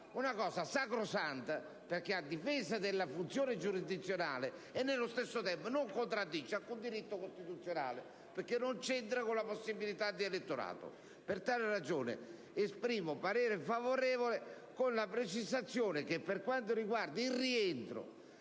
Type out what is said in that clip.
una cosa sacrosanta, perché è a difesa della funzione giurisdizionale e allo stesso tempo non contraddice alcun diritto costituzionale, perché non c'entra con l'lettorato passivo. Per tale ragione, esprimo parere favorevole, con la precisazione che, per quanto riguarda il rientro